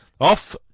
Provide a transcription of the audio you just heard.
off